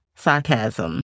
sarcasm